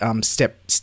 step